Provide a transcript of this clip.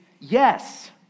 yes